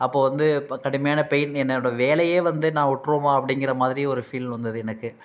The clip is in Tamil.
அப்போது வந்து இப்போ கடுமையான பெயின் என்னோடய வேலையே வந்து நான் விட்ருவோமா அப்படிங்கிற மாதிரி ஒரு ஃபீல் வந்தது எனக்கு